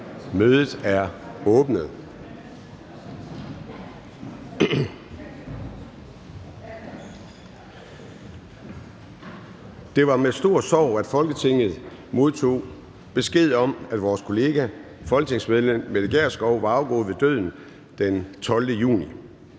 (Søren Gade): Det var med stor sorg, at Folketinget modtog besked om, at vores kollega folketingsmedlem Mette Gjerskov var afgået ved døden den 12. juni